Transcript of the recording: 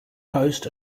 coast